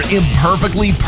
imperfectly